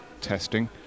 testing